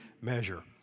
measure